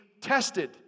tested